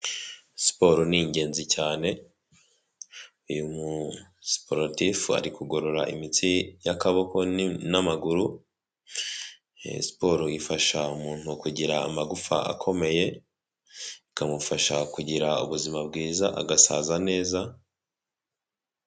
Siporo ni ingenzi cyane, uyu musiporotifu ari kugorora imitsi y'akaboko n'amaguru, siporo ifasha umuntu kugira amagufa akomeye, ikamufasha kugira ubuzima bwiza, agasaza neza.